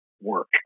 work